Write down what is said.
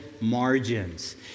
Margins